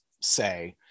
say